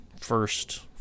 first